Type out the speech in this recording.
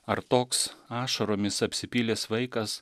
ar toks ašaromis apsipylęs vaikas